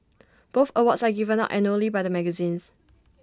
both awards are given out annually by the magazines